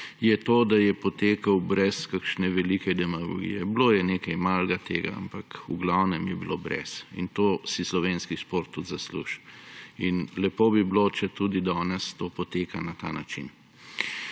je to, da je potekala brez kakšne velike demagogije. Bilo je nekaj malega tega, ampak v glavnem je bilo brez. In to si slovenski šport tudi zasluži. Lepo bi bilo, če tudi danes to poteka na ta način.